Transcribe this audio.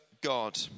God